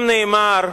אם נאמר,